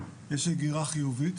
יש הגירה חיובית